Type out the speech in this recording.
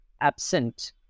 absent